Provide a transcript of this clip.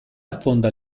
affonda